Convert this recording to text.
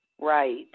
Right